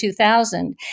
2000